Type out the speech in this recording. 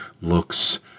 looks